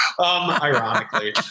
ironically